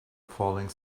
falling